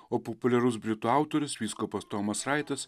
o populiarus britų autorius vyskupas tomas raitas